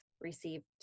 received